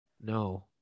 No